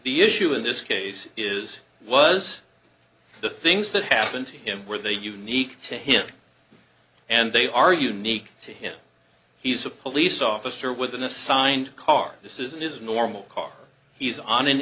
issue in this case is was the things that happened to him were they unique to him and they are unique to him he's a police officer with an assigned car this isn't his normal car he's on an